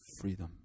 freedom